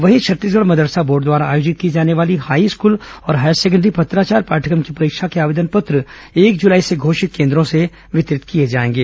वहीं छत्तीसगढ मदरसा बोर्ड द्वारा आयोजित की जाने वाली हाईस्कल और हायर सेकेंडरी पत्राचार पाठ्यक्रम की परीक्षा के आवेदन पत्र एक जुलाई से घोषित केन्द्रो से वितरित किए जाएंगे